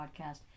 Podcast